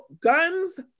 guns